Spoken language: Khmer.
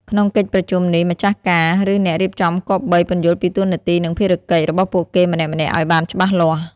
ក្នុងកិច្ចប្រជុំនេះ ម្ចាស់ការ ឬអ្នករៀបចំគប្បី ពន្យល់ពីតួនាទី និងភារកិច្ច របស់ពួកគេម្នាក់ៗឱ្យបានច្បាស់លាស់។